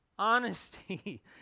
Honesty